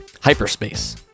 Hyperspace